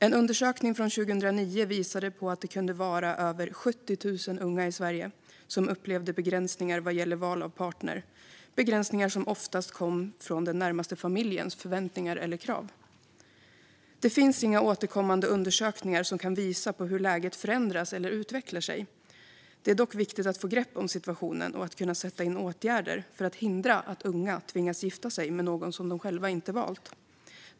En undersökning från 2009 visade på att det kunde vara över 70 000 unga i Sverige som upplevde begränsningar vad gäller val av partner - begränsningar som oftast kom från den närmaste familjens förväntningar eller krav. Det finns inga återkommande undersökningar som kan visa på hur läget förändras eller utvecklar sig. Det är dock viktigt att få grepp om situationen och att kunna sätta in åtgärder för att hindra att unga tvingas gifta sig med någon som de inte själva valt.